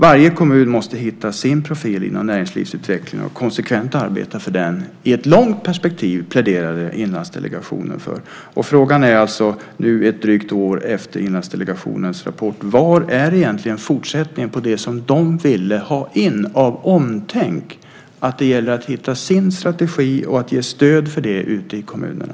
Varje kommun måste hitta sin profil inom näringslivsutvecklingen och konsekvent arbeta för den i ett långt perspektiv. Just detta pläderade Inlandsdelegationen för. Frågan är nu ett drygt år efter Inlandsdelegationens rapport: Var finns fortsättningen på det som delegationen ville ha in i form av "omtänk", det vill säga att hjälpa kommunerna att hitta den rätta strategin och ge stöd för den ute i kommunerna?